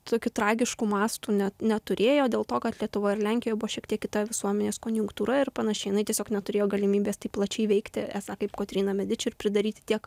tokių tragiškų mastų ne neturėjo dėl to kad lietuvoj ir lenkijoj buvo šiek tiek kita visuomenės konjunktūra ir panašiai jinai tiesiog neturėjo galimybės taip plačiai veikti esą kaip kotryną mediči ir pridaryti tiek